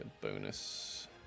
bonus